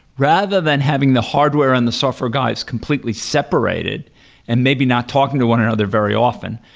rather than having the hardware and the software guys completely separated and maybe not talking to one another very often.